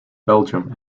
belgium